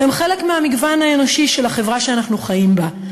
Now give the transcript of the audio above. הם חלק מהמגוון האנושי של החברה שאנו חיים בה.